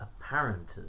apparent